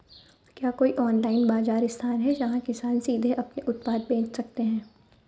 क्या कोई ऑनलाइन बाज़ार स्थान है जहाँ किसान सीधे अपने उत्पाद बेच सकते हैं?